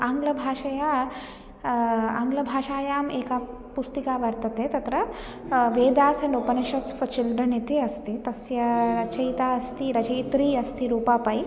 आङ्ग्लभाषया आङ्ग्लभाषायाम् एका पुस्तिका वर्तते तत्र Vedas and Upanishads for children इति तस्य रचयिता अस्ति रचयित्री अस्ति रूपा पै